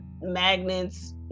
magnets